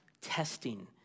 testing